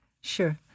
Sure